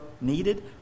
needed